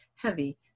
heavy